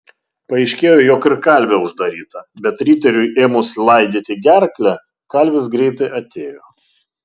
paaiškėjo jog ir kalvė uždaryta bet riteriui ėmus laidyti gerklę kalvis greitai atėjo